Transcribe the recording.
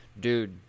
Dude